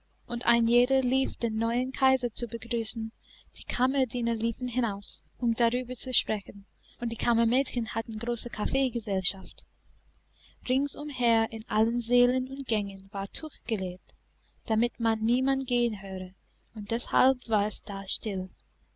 und ein jeder lief den neuen kaiser zu begrüßen die kammerdiener liefen hinaus um darüber zu sprechen und die kammermädchen hatten große kaffeegesellschaft ringsumher in allen sälen und gängen war tuch gelegt damit man niemand gehen höre und deshalb war es da still